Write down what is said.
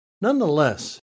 Nonetheless